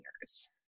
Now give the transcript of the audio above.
years